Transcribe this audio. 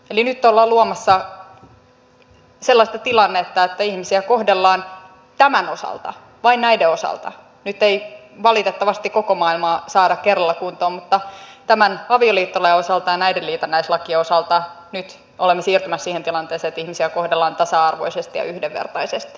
eli nyt ollaan siirtymässä siihen tilanteeseen että tämän osalta vain näiden osalta nyt ei valitettavasti koko maailmaa saada kerralla kuntoon mutta tämän avioliittolain ja näiden liitännäislakien osalta ihmisiä kohdellaan tasa arvoisesti ja yhdenvertaisesti